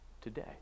today